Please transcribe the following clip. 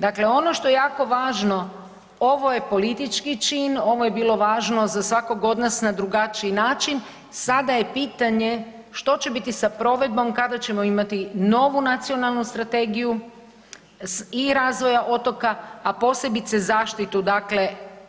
Dakle, ono što je jako važno, ovo je politički čin, ovo je bilo važno za svakog od nas na drugačiji način, sada je pitanje što će biti sa provedbom kada ćemo imati novu nacionalnu strategiju i razvoja otoka, a posebice